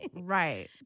right